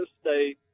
State